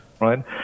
Right